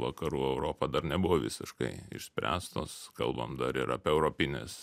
vakarų europa dar nebuvo visiškai išspręstos kalbam dar ir apie europines